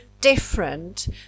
different